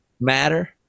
matter